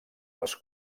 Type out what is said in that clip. les